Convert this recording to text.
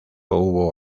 hubo